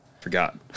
forgot